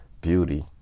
beauty